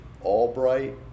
Albright